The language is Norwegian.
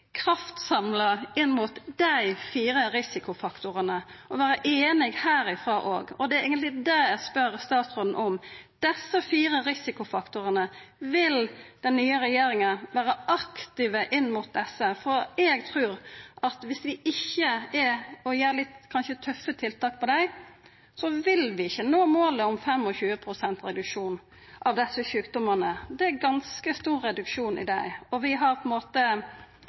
kraftsamla inn mot dei fire risikofaktorane og vera einige herifrå òg. Det er eigentleg det eg spør statsråden om: Desse fire risikofaktorane, vil den nye regjeringa vera aktiv inn mot desse? Eg trur at dersom vi ikkje set inn litt tøffe tiltak mot dei, vil vi ikkje nå målet om 25 pst. reduksjon av desse sjukdomane. Det er ein ganske stor reduksjon, og vi